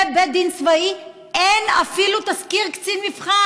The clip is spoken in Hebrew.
בית דין צבאי אין אפילו תסקיר קצין מבחן?